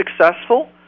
successful